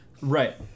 Right